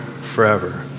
forever